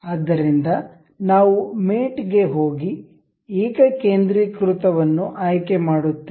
ಆದ್ದರಿಂದ ನಾವು ಮೇಟ್ಗೆ ಹೋಗಿ ಏಕಕೇಂದ್ರೀಕೃತ ವನ್ನು ಆಯ್ಕೆ ಮಾಡುತ್ತೇವೆ